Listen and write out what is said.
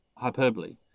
hyperbole